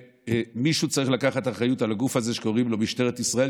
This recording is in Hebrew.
ומישהו צריך לקחת אחריות לגוף הזה שקוראים לו משטרת ישראל,